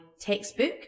textbook